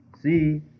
See